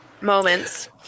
moments